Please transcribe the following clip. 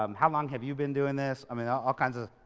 um how long have you been doing this? i mean, all kinds of.